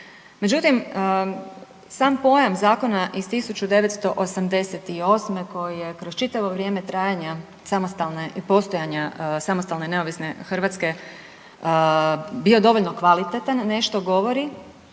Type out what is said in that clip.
Međutim, sam pojam zakona iz 1988. koji je kroz čitavo vrijeme trajanja samostalne, postojanja samostalne i neovisne Hrvatske bio dovoljno kvalitetan, nešto govori